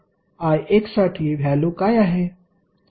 तर Ix साठी value काय आहे